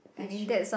that's true